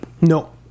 no